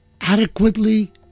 adequately